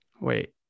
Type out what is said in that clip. wait